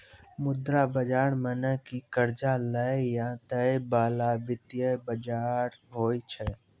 मुद्रा बजार मने कि कर्जा लै या दै बाला वित्तीय बजार होय छै